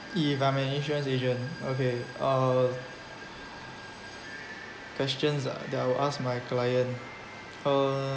if i'm an insurance agent okay uh questions that I'll ask my client uh